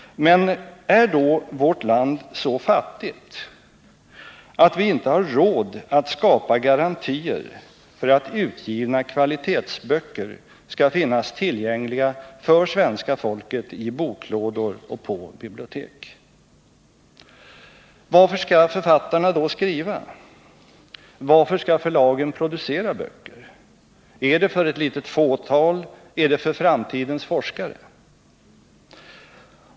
Men är då vårt land så fattigt, att vi inte har råd att skapa garantier för att utgivna kvalitetsböcker skall finnas tillgängliga för svenska folket i boklådor och på bibliotek? Varför skall då författarna skriva, varför skall förlagen producera böcker? Är det för ett litet fåtal, är det för framtidens forskare?